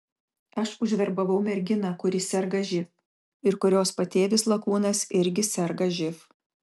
aš užverbavau merginą kuri serga živ ir kurios patėvis lakūnas irgi serga živ